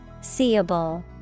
Seeable